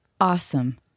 awesome